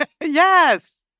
Yes